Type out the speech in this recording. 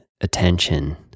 attention